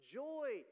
joy